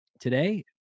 today